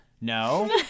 No